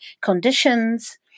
conditions